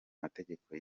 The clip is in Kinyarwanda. mategeko